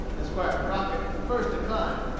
esquire crockett at first declined,